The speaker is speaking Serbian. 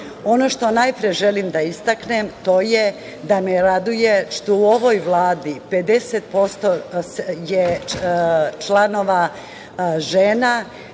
dan. Ono što najpre želim da istaknem to je da me raduje što je u ovoj Vladi 50% je članova žena